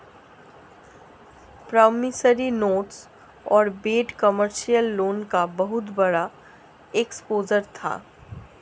promissory notes और bad commercial loan का बहुत बड़ा एक्सपोजर था